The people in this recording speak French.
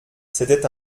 c’était